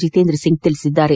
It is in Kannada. ಜಿತೇಂದ್ರ ಸಿಂಗ್ ತಿಳಿಸಿದ್ದಾರೆ